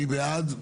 מי בעד?